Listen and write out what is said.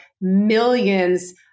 millions